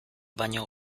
baino